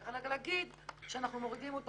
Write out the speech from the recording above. אלא רק להגיד שאנחנו מורידים אותן